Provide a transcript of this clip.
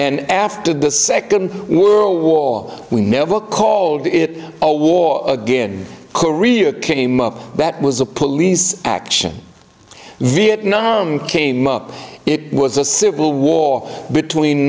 and after the second world war we never called it a war again career came up that was a police action vietnam came up it was a civil war between